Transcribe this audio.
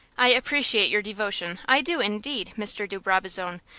i appreciate your devotion, i do, indeed, mr. de brabazon,